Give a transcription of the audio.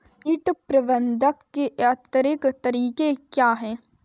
कीट प्रबंधक के यांत्रिक तरीके क्या हैं?